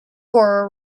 horror